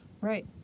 Right